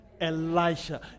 Elisha